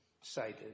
cited